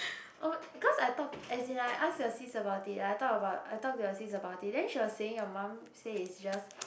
oh because I thought as in I asked your sis about it I talked I talked to your sis about it then your mum says it just